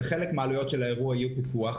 חלק מעלויות האירוע ילכו לפיקוח,